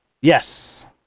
Yes